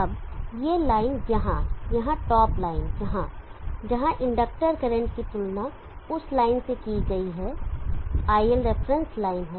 अब यह लाइन यहाँ यह टॉप लाइन यहाँ जहाँ इंडक्टर करंट की तुलना उस लाइन से की जाती है iL रेफरेंस लाइन है